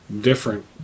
different